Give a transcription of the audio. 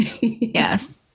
Yes